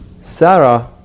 Sarah